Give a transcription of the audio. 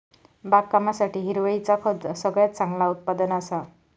बागकामासाठी हिरवळीचा खत सगळ्यात चांगला उत्पादन असा